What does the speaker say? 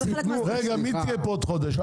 זה חלק מהסיפור -- את תהיי פה עוד חודש?